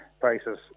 prices